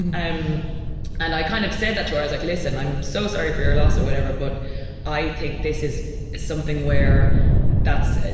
and i kind of said that to her. i was like, listen, i'm so sorry for your loss or whatever, but i think this is something where that's,